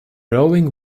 rowing